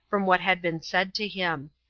from what had been said to him.